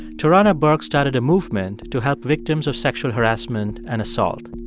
tarana burke started a movement to help victims of sexual harrassment and assault.